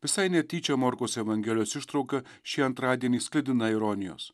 visai netyčia morkaus evangelijos ištrauka šį antradienį sklidina ironijos